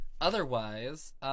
Otherwise